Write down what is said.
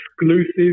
Exclusive